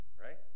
right